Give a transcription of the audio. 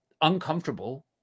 uncomfortable